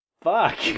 Fuck